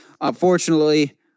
Unfortunately